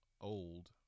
old